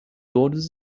todos